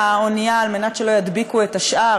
האונייה על מנת שלא ידביקו את השאר,